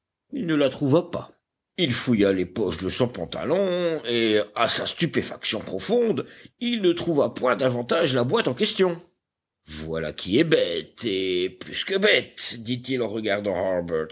il ne la trouva pas il fouilla les poches de son pantalon et à sa stupéfaction profonde il ne trouva point davantage la boîte en question voilà qui est bête et plus que bête dit-il en regardant